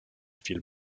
film